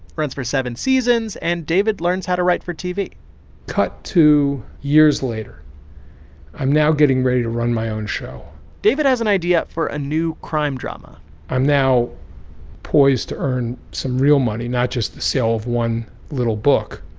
runs for seven seasons and david learns how to write for tv cut to years later i'm now getting ready to run my own show david has an idea for a new crime drama i'm now poised to earn some real money. not just the sale of one little book,